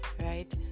Right